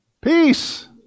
Peace